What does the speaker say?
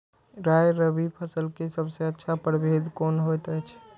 राय रबि फसल के सबसे अच्छा परभेद कोन होयत अछि?